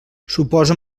suposa